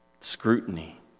scrutiny